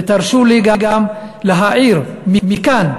ותרשו לי גם להעיר מכאן,